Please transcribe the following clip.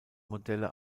modelle